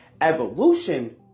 Evolution